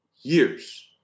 years